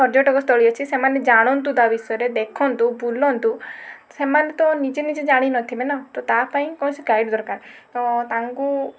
ପର୍ଯ୍ୟଟକ ସ୍ଥଳୀ ଅଛି ସେମାନେ ଜାଣନ୍ତୁ ତା ବିଷୟରେ ଦେଖନ୍ତୁ ବୁଲନ୍ତୁ ସେମାନେ ତ ନିଜେ ନିଜେ ଜାଣି ନଥିବେ ନା ତ ତା ପାଇଁ କୌଣସି ଗାଇଡ଼ ଦରକାର ତ ତାଙ୍କୁ